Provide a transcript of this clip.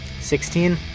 sixteen